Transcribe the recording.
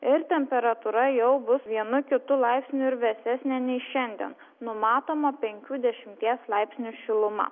ir temperatūra jau bus vienu kitu laipsniu ir vėsesnė nei šiandien numatoma penkių dešimties laipsnių šiluma